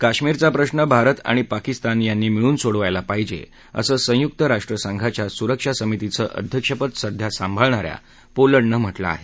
कश्मीरचा प्रश्न भारत आणि पाकिस्तान यांनी मिळून सोडवला पाहिजे असं संयुक्त राष्ट्र संघाच्या सुरक्षा समितीचं अध्यक्षपद सध्या सांभाळणा या पोलंडन म्हटलं आहे